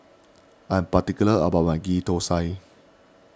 I'm particular about my Ghee Thosai